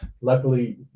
luckily